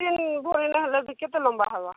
chain ଭରିଏ ହେଲେ କେତେ ଲମ୍ବା ହେବ